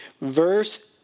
Verse